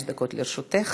עד חמש דקות לרשותך.